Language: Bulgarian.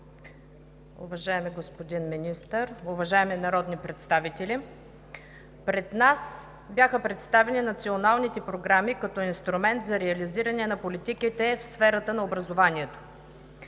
Уважаеми господин Министър, уважаеми народни представители! Пред нас бяха представени националните програми като инструмент за реализиране на политиките в сферата на образованието.